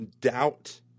doubt